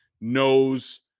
knows –